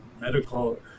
medical